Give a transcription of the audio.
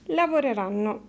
lavoreranno